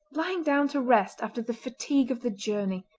lying down to rest after the fatigue of the journey.